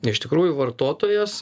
iš tikrųjų vartotojas